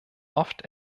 oft